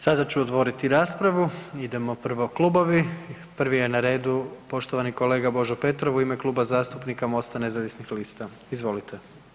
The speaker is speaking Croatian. Sada ću otvoriti raspravu, idemo prvo klubovi, prvi je na redu poštovani kolega Božo Petrov u ime Kluba zastupnika MOST-a nezavisnih lista, izvolite.